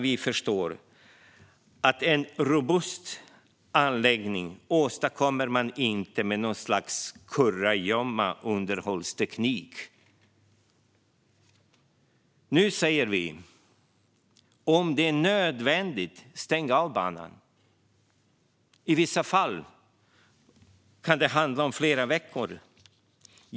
Vi förstår alla att en robust anläggning åstadkommer man inte med någon sorts kurragömmaunderhållsteknik. Nu säger vi att om det är nödvändigt, stäng av banan! I vissa fall kan det handla om flera veckor.